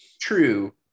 True